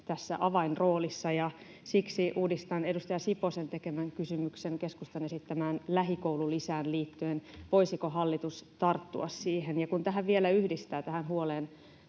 tässä avainroolissa. Siksi uudistan edustaja Siposen tekemän kysymyksen keskustan esittämään lähikoululisään liittyen: voisiko hallitus tarttua siihen? Ja kun tähän huoleen